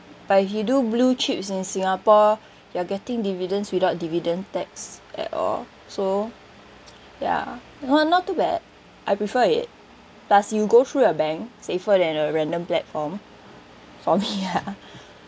but you do blue chips in singapore you are getting dividends without dividend tax at all so ya not not too bad I prefer it plus you go through your bank safer than a random platform for me ah